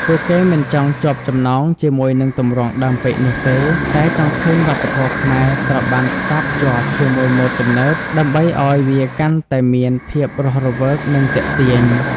ពួកគេមិនចង់ជាប់ចំណងជាមួយនឹងទម្រង់ដើមពេកនោះទេ តែចង់ឃើញវប្បធម៌ខ្មែរត្រូវបានផ្សារភ្ជាប់ជាមួយម៉ូដទំនើប ដើម្បីឲ្យវាកាន់តែមានភាពរស់រវើកនិងទាក់ទាញ។